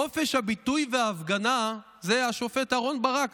חופש הביטוי (וההפגנה)" זה השופט אהרן ברק,